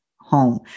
home